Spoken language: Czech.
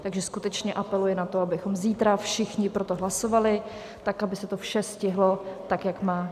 Takže skutečně apeluji na to, abychom zítra všichni pro to hlasovali tak, aby se to vše stihlo tak, jak má.